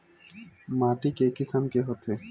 माटी के किसम के होथे?